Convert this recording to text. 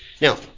Now